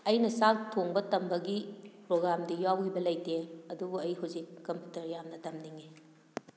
ꯑꯩꯅ ꯆꯥꯛ ꯊꯣꯡꯕ ꯇꯝꯕꯒꯤ ꯄ꯭ꯔꯣꯒꯥꯝꯗꯤ ꯌꯥꯎꯈꯤꯕ ꯂꯩꯇꯦ ꯑꯗꯨꯕꯨ ꯑꯩ ꯍꯧꯖꯤꯛ ꯀꯝꯄꯨꯇꯔ ꯌꯥꯝꯅ ꯇꯝꯅꯤꯡꯏ